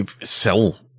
sell